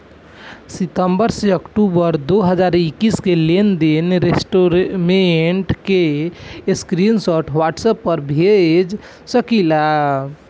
सितंबर से अक्टूबर दो हज़ार इक्कीस के लेनदेन स्टेटमेंट के स्क्रीनशाट व्हाट्सएप पर भेज सकीला?